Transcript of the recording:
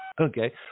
Okay